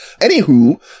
Anywho